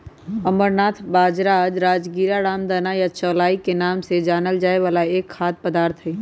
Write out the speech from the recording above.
amaranth बाजरा, राजगीरा, रामदाना या चौलाई के नाम से जानल जाय वाला एक खाद्य पदार्थ हई